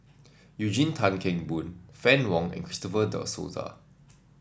Eugene Tan Kheng Boon Fann Wong and Christopher De Souza